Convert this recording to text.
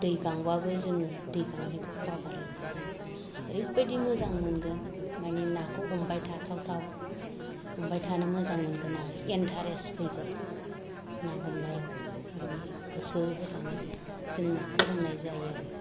दै गांब्लाबो जोङो दै गांनायखौ बावगार लांगोन आरो ओरै बायदि मोजां मोनगोन मानि नाखौ हमबाय थाथावथाव हमबाय थानो मोजां मोनगोन आरो इन्ट्रेस्ट फैगोन ना हमनायाव मानि गोसो होनानै जों नाखौ हमनाय जायो